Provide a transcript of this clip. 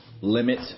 limit